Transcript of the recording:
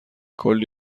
کلی